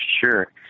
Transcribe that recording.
Sure